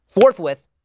forthwith